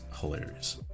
hilarious